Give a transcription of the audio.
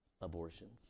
abortions